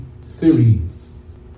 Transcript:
series